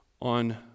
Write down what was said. on